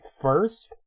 first